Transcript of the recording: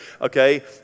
okay